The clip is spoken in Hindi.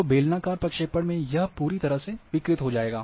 तो बेलनाकार प्रक्षेपण में यह पूरी तरह से विकृत हो जाएगा